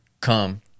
come